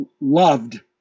loved